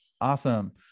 Awesome